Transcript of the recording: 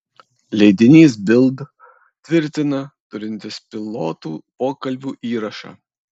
leidinys bild tvirtina turintis pilotų pokalbių įrašą